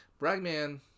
Bragman